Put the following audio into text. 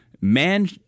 man